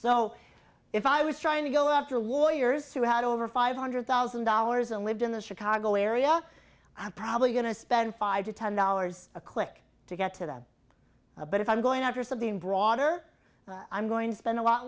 so if i was trying to go after lawyers who had over five hundred thousand dollars and lived in the chicago area i'm probably going to spend five to ten dollars a click to get to that but if i'm going after something broader i'm going to spend a lot